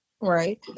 Right